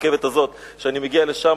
כשאני מגיע לשם,